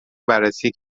بررسی